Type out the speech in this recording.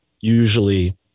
usually